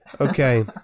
Okay